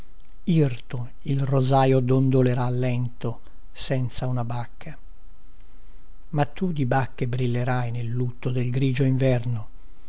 irto il rosaio dondolerà lento senza una bacca ma tu di bacche brillerai nel lutto del grigio inverno